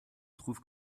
trouves